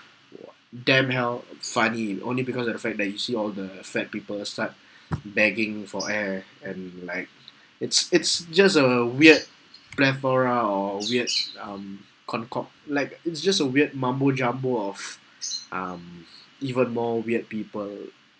uh damn hell funny only because of the fact that you see all the fat people start begging for air and like it's it's just a weird plethora or a weird um concord like it's just a weird mumbo jumbo of um even more weird people